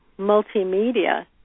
multimedia